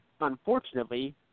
unfortunately